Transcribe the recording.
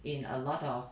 in a lot of